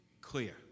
clear